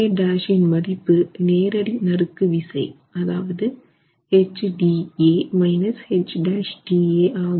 HA' இன் மதிப்பு நேரடி நறுக்கு விசை அதாவது HDA H' tA ஆகும்